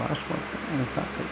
fast ಮಾಡು ನನಗೆ ಸಾಕಾಯ್ತು